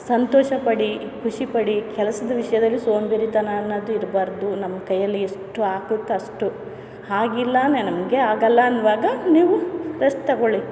ಸಂತೋಷ ಪಡಿ ಖುಷಿ ಪಡಿ ಕೆಲಸದ ವಿಷಯದಲ್ಲಿ ಸೋಮಾರಿತನ ಅನ್ನೋದು ಇರಬಾರ್ದು ನಮ್ಮ ಕೈಯ್ಯಲ್ಲಿ ಎಷ್ಟು ಆಗುತ್ತೆ ಅಷ್ಟು ಹಾಗಿಲ್ಲ ನಮಗೆ ಆಗಲ್ಲ ಅನ್ನುವಾಗ ನೀವು ರೆಸ್ಟ್ ತಗೊಳ್ಳಿ